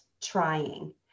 Trying